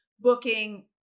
booking